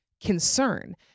concern